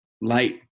light